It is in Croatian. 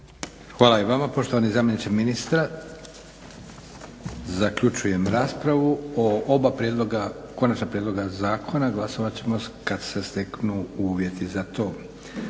Hvala i vama poštovani zamjeniče ministra. Zaključujem raspravu o oba konačna prijedloga zakona. Glasovat ćemo kad se steknu uvjeti za to.